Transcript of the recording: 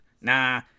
Nah